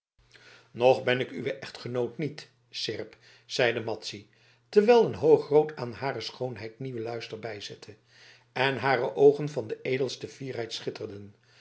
nog ben ik uwe echtgenoot niet seerp zeide madzy terwijl een hoog rood aan hare schoonheid nieuwen luister bijzette en hare oogen van de edelste fierheid schitterden